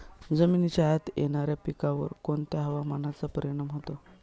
जमिनीच्या आत येणाऱ्या पिकांवर कोणत्या हवामानाचा परिणाम होतो?